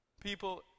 people